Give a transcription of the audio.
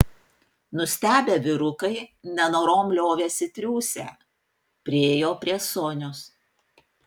nustebę vyrukai nenorom liovėsi triūsę priėjo prie sonios